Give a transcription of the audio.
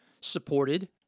supported